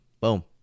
Boom